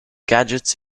gadgets